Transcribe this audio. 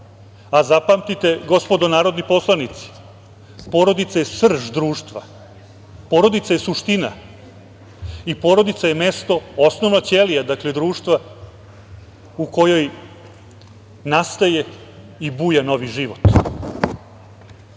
a zapamtite gospodo narodni poslanici, porodica je srž društva. Porodica je suština i porodica je mesto, osnovna ćelija društva u kojoj nastaje i buja novi život. Zato